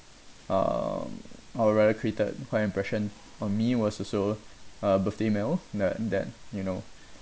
um or rather created quite impression on me was also a birthday meal that that you know